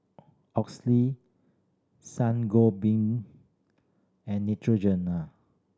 Oxy Sangobin and Netrogena